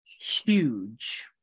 huge